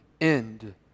end